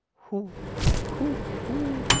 hoo hoo hoo,